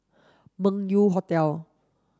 Meng Yew Hotel